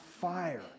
fire